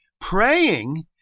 praying